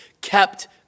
kept